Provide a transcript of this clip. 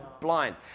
blind